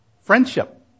friendship